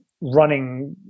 running